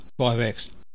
5X